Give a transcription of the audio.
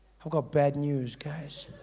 i've got bad news guys.